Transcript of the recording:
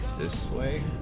this way